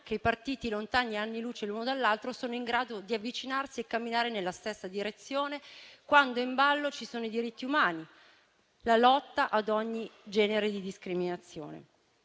che partiti lontani anni luce l'uno dall'altro sono in grado di avvicinarsi e camminare nella stessa direzione quando in ballo ci sono i diritti umani e la lotta a ogni genere di discriminazione.